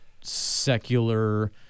secular